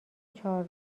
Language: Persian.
چهار